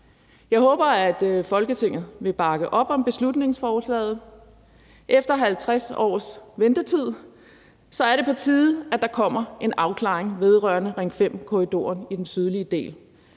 Jeg håber, at Folketinget vil bakke op om beslutningsforslaget. Efter 50 års ventetid er det på tide, at der kommer en afklaring vedrørende Ring 5-korridoren i den sydlige del.